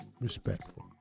Respectful